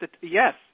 yes